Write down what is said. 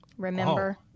Remember